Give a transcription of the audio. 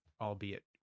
albeit